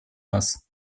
нас